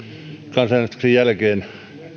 kansanäänestyksen jälkeen